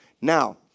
now